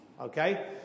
Okay